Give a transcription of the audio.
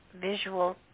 Visual